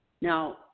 Now